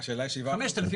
5,000